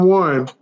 one